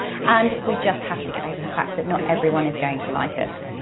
and we just have to get over the fact that not everyone is going to like us.